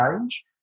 change